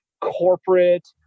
corporate